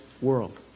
world